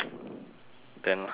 then how like that